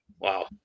Wow